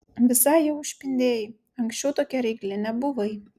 visai jau išpindėjai anksčiau tokia reikli nebuvai